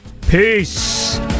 Peace